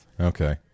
Okay